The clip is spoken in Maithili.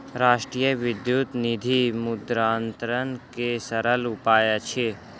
राष्ट्रीय विद्युत निधि मुद्रान्तरण के सरल उपाय अछि